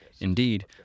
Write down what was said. Indeed